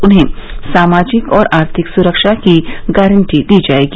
उन्हें सामाजिक और आर्थिक सुरक्षा की गारंटी दी जायेगी